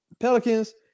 Pelicans